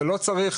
צריך